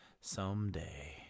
Someday